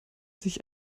sich